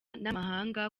n’amahanga